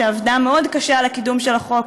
שעבדה מאוד קשה על הקידום של החוק,